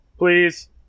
Please